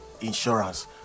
insurance